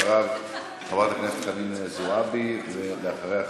אחריו, חברת הכנסת חנין זועבי, ולאחריה,